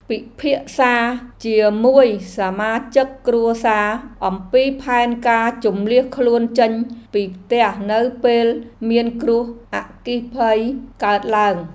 ពិភាក្សាជាមួយសមាជិកគ្រួសារអំពីផែនការជម្លៀសខ្លួនចេញពីផ្ទះនៅពេលមានគ្រោះអគ្គិភ័យកើតឡើង។